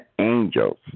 Angels